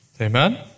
Amen